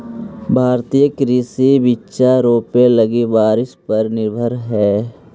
भारतीय कृषि बिचा रोपे लगी बारिश पर निर्भर हई